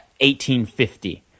1850